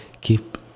keep